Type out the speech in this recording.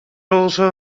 also